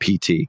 PT